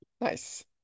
Nice